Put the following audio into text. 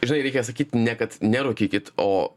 žinai reikia sakyt ne kad nerūkykit o